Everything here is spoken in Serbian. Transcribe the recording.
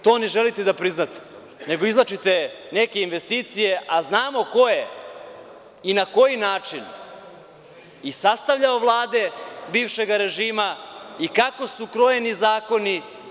To ne želite da priznate, nego izvlačite neke investicije, a znamo ko je i na koji način i sastavljao vlade bivšeg režima i kako su krojeni zakoni.